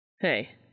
Hey